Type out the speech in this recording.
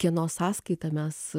kieno sąskaita mes